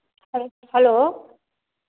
hello